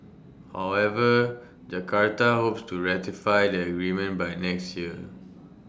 however Jakarta hopes to ratify the agreement by next year